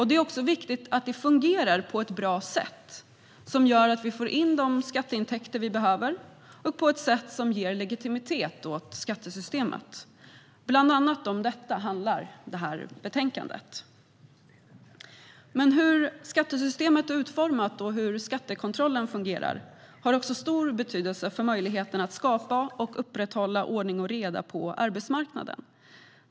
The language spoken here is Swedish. Det är också viktigt att det fungerar på ett bra sätt som gör att vi får in de skatteintäkter vi behöver på ett sätt som ger legitimitet åt skattesystemet. Betänkandet handlar bland annat om detta. Hur skattesystemet är utformat och hur skattekontrollen fungerar har också stor betydelse för möjligheten att skapa och upprätthålla ordning och reda på arbetsmarknaden.